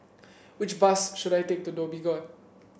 which bus should I take to Dhoby Ghaut